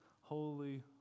holy